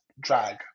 drag